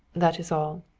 that is all.